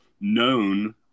known